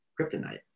Kryptonite